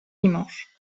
dimanche